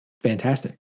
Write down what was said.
fantastic